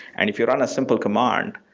and if you run a simple command,